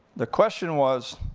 the question was,